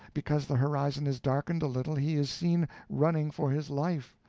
because the horizon is darkened a little, he is seen running for his life,